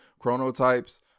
chronotypes